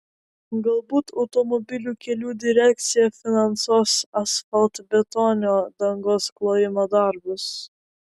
galbūt automobilių kelių direkcija finansuos asfaltbetonio dangos klojimo darbus